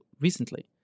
recently